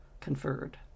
conferred